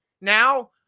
now